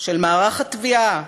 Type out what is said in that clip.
של מערך התביעה